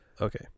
Okay